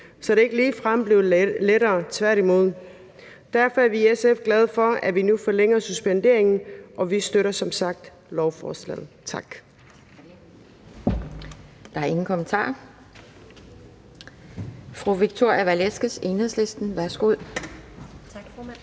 så det er ikke ligefrem blevet lettere, tværtimod. Derfor er vi i SF glade for, at vi nu forlænger suspenderingen, og vi støtter som sagt lovforslaget. Tak. Kl. 10:29 Anden næstformand (Pia Kjærsgaard):